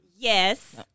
Yes